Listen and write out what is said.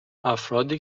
افرادی